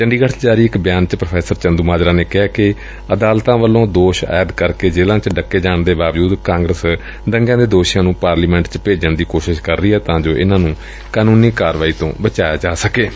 ਚੰਡੀਗੜੁ ਚ ਜਾਰੀ ਇਕ ਬਿਆਨ ਚ ਪ੍ਰੋ ਚੰਦੂਮਾਜਰਾ ਨੇ ਕਿਹਾ ਕਿ ਅਦਾਲਤਾ ਵੱਲੋ ਦੋਸ਼ ਆਇਦ ਕਰਕੇ ਜੇਲਾਂ ਚ ਡੱਕੇ ਜਾਣ ਦੇ ਬਾਵਜੁਦ ਕਾਂਗਰਸ ਦੰਗਿਆਂ ਦੇ ਦੋਸ਼ੀਆਂ ਨੂੰ ਪਾਰਲੀਮੈਟ ਚ ਭੇਜਣ ਦੀ ਕੋਸ਼ਿਸ਼ ਕਰ ਰਹੀ ਏ ਤਾਂ ਜੋ ਇਨੁਾਂ ਨੂੰ ਕਾਨੂੰਨੀ ਕਾਰਵਾਈ ਤੋਂ ਬਚਾਇਆ ਜਾ ਸਕੇਂ